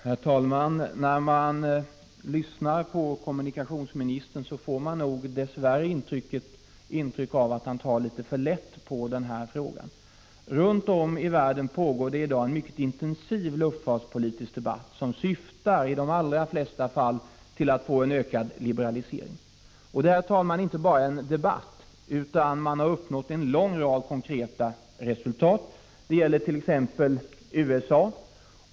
Herr talman! När man lyssnar på kommunikationsministern får man dess värre intryck av att han tar för lätt på denna fråga. Runt om i världen pågår det i dag en intensiv luftfartspolitisk debatt, som i de flesta fall syftar till en ökad liberalisering. Det är emellertid inte, herr talman, bara en debatt, utan den har lett till en rad konkreta resultat, t.ex. i USA.